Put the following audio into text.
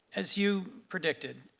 as you predicted,